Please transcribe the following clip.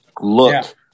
look